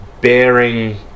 bearing